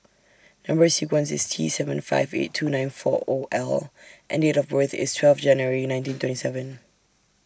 Number sequence IS T seven five eight two nine four O L and Date of birth IS twelve January nineteen twenty seven